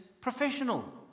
professional